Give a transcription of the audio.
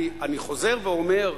אני חוזר ואומר,